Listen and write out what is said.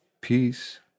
Peace